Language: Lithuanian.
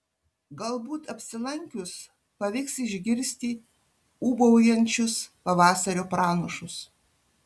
galbūt apsilankius pavyks išgirsti ūbaujančius pavasario pranašus